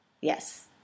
yes